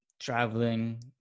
traveling